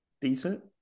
decent